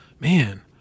man